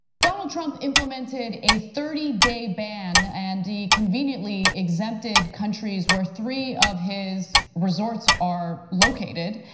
donald trump implemented a thirty day ban and he conveniently exempted countries where three of his resorts are located.